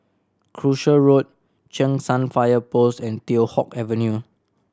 Croucher Road Cheng San Fire Post and Teow Hock Avenue